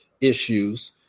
issues